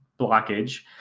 blockage